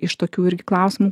iš tokių irgi klausimų